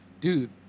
dude